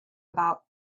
about